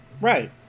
Right